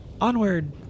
Onward